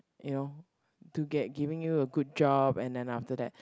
you know to get giving you a good job and then after that